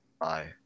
Bye